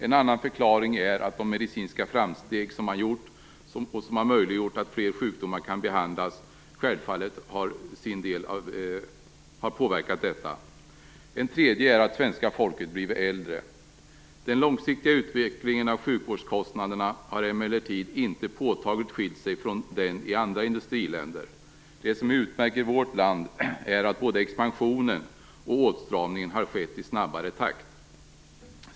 En annan förklaring är att de medicinska framsteg som man gjort, som har möjligjort att fler sjukdomar kan behandlas, självfallet har påverkat detta. En tredje är att svenska folket blivit äldre. Den långsiktiga utvecklingen av sjukvårdskostnaderna har emellertid inte påtagligt skilt sig från den i andra industriländer. Det som utmärker vårt land är att både expansionen och åtstramningen har skett i snabbare takt.